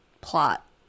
plot